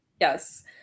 Yes